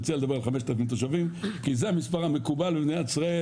מציע לדבר על 5,000 תושבים כי זה המספר המקובל במדינת ישראל,